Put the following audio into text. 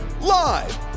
Live